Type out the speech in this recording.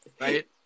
Right